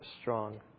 strong